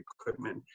equipment